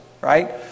right